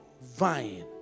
vine